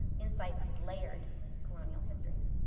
insights with layered colonial histories.